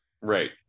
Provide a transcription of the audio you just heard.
right